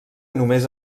només